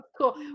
Cool